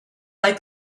like